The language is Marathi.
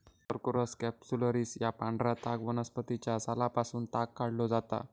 कॉर्कोरस कॅप्सुलरिस या पांढऱ्या ताग वनस्पतीच्या सालापासून ताग काढलो जाता